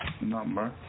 number